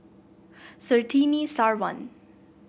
Surtini Sarwan